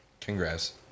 Congrats